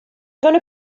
gonna